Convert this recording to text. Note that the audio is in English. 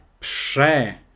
prze